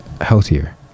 healthier